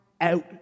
out